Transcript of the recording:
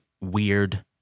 weird